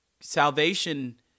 salvation